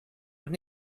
noch